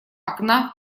окна